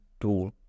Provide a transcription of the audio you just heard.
tool